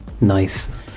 Nice